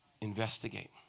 Investigate